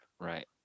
right